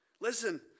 Listen